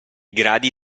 gradi